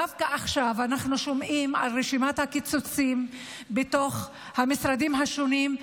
דווקא עכשיו אנחנו שומעים על רשימת הקיצוצים בתוך המשרדים השונים,